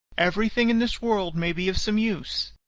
everything in this world may be of some use!